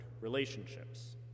relationships